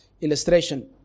illustration